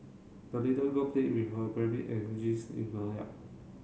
the little girl played with her rabbit and in the yard